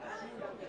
יותר מזה,